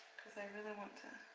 i really want to